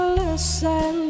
listen